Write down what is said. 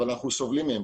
אבל אנחנו סובלים מהן.